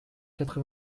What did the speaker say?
quatre